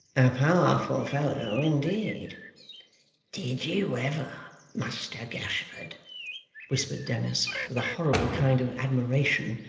powerful fellow indeed did you ever, muster gashford whispered dennis, with a horrible kind of admiration,